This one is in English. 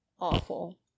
awful